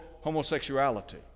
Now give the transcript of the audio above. homosexuality